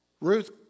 Ruth